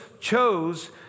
chose